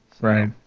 Right